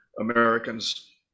Americans